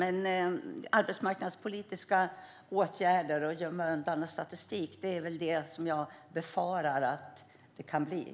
Det jag befarar är att de nya platserna blir arbetsmarknadspolitiska åtgärder och att man gömmer undan människor för statistikens skull.